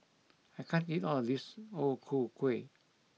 I can't eat all this O Ku Kueh